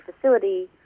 facility